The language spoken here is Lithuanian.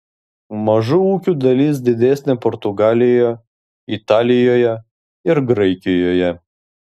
mažų ūkių dalis didesnė portugalijoje italijoje ir graikijoje